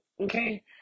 okay